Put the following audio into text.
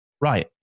Right